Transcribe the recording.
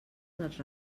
dels